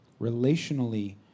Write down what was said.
relationally